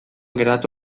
geratu